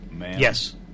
Yes